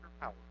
power